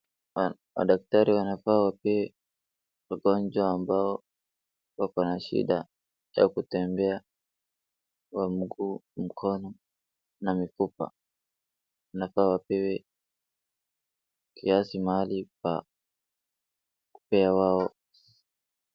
Madaktari wanafaa wapee wagonjwa ambao wako na shida cha kutembea, wa mguu, mkono na mifupa. Inafaa wapewe kiasi mahali pa kupewa...